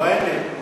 לא, אין לי.